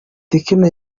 tekno